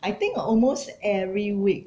I think almost every week